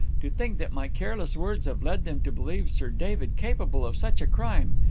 to think that my careless words have led them to believe sir david capable of such a crime!